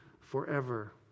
forever